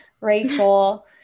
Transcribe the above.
Rachel